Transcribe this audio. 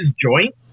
joint